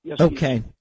Okay